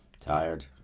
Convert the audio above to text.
Tired